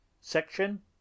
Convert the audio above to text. Section